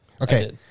Okay